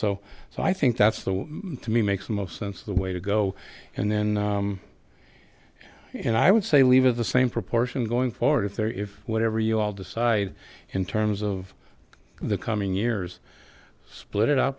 so so i think that's the to me makes most sense the way to go and then and i would say leave it the same proportion going forward if there is whatever you all decide in terms of the coming years split it up